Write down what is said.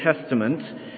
Testament